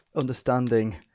understanding